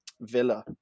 Villa